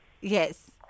Yes